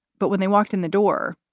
but when they walked in the door,